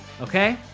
Okay